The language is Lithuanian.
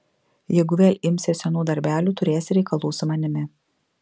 jeigu vėl imsies senų darbelių turėsi reikalų su manimi